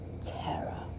terror